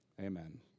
Amen